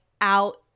out